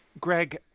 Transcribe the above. Greg